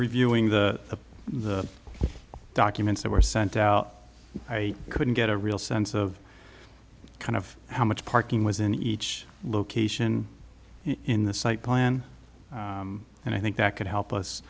reviewing the the documents that were sent out i couldn't get a real sense of kind of how much parking was in each location in the site plan and i think that could help us